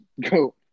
go